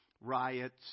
riots